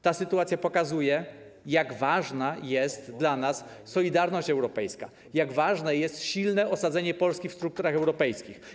Ta sytuacja pokazuje, jak ważna jest dla nas solidarność europejska, jak ważne jest silne osadzenie Polski w strukturach europejskich.